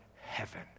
heaven